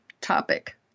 topic